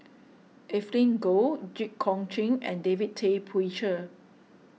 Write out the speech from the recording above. Evelyn Goh Jit Koon Ch'ng and David Tay Poey Cher